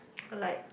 a like